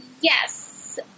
yes